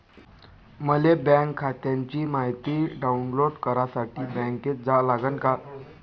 मले बँक खात्याची मायती डाऊनलोड करासाठी बँकेत जा लागन का?